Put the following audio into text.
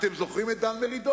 אתם זוכרים את דן מרידור?